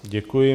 Děkuji.